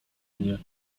mnie